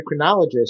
endocrinologist